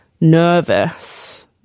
nervous